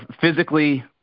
Physically